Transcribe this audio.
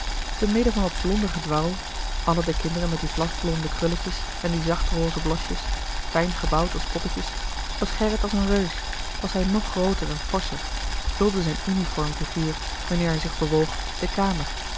te midden van dat blonde gedwarrel alle de kinderen met die vlasblonde krulletjes en die zacht roze blosjes fijn gebouwd als poppetjes was gerrit als een reus louis couperus de boeken der kleine zielen was hij nog grooter en forscher vulde zijn uniformfiguur wanneer hij zich bewoog de kamer